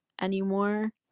anymore